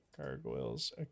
gargoyles